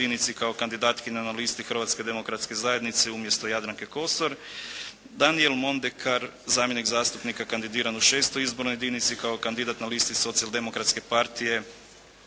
kao kandidatkinja na listi Hrvatske demokratske zajednice umjesto Jadranke Kosor, Danijel Mondekar zamjenik zastupnika kandidiran u VI. izbornoj jedinici kao kandidat na listi Socijal-demokratske partije